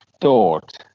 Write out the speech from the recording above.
thought